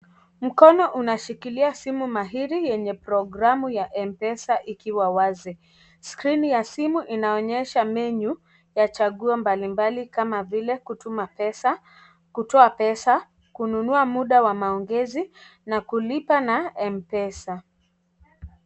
Mkono unashukilia simu magili, yenye gramu ya Mpesa iliwa wazi, skrini ya simu inaonyesha menyu, ya chaguo mbali mbali kama vile, kutuma pesa, kutoa pesa, kununua muda wa maongezi, na kulipa na Mpesa.